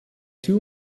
two